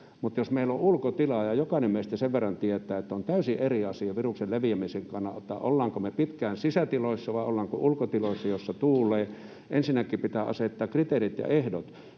mutta jos meillä on ulkotila ja jokainen meistä sen verran tietää, että on täysin eri asia viruksen leviämisen kannalta, ollaanko me pitkään sisätiloissa vai ollaanko ulkotiloissa, joissa tuulee... Ensinnäkin pitää asettaa kriteerit ja ehdot.